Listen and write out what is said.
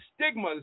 stigmas